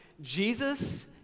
Jesus